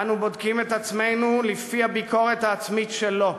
אנו בודקים את עצמנו לפי הביקורת העצמית שלו,